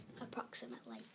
approximately